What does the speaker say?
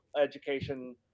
Education